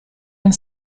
and